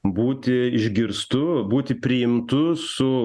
būti išgirstu būti priimtu su